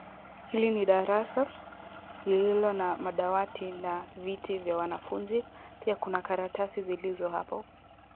Hili ni darasa lililo na madawati na viti vya wanafunzi, pia kuna makaratasi zilizo hapo.